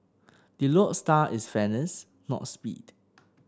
the lodestar is fairness not speed